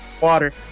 water